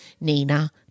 Nina